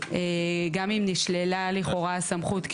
אם נשללה לכאורה הסמכות,